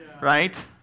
right